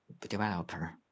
Developer